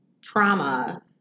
trauma